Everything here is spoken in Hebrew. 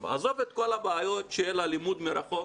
עזוב את כל הבעיות של הלימוד מרחוק,